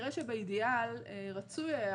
כנראה שבאידיאל רצוי היה